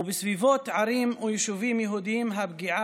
ובסביבות ערים ויישובים יהודיים הפגיעה